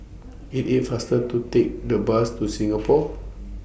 IT IS faster to Take The Bus to Singapore